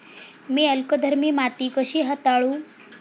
मी अल्कधर्मी माती कशी हाताळू?